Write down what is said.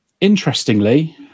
interestingly